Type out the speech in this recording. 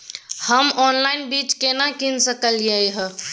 हम ऑनलाइन बीज केना कीन सकलियै हन?